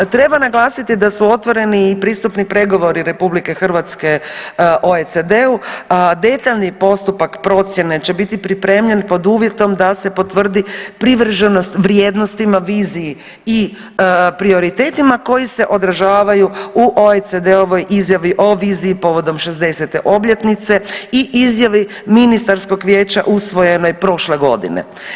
Treba naglasiti da su otvoreni i pristupni pregovori RH OECD-u detaljni postupak procjene će biti pripremljen pod uvjetom da se potvrdi privrženost vrijednostima, viziji i prioritetima koji se održavaju u OECD-ovoj izjavi o viziji povodom 60. obljetnice i izjavi Ministarskog vijeća usvojenoj prošle godine.